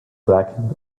blackened